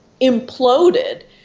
imploded